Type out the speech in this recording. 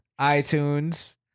iTunes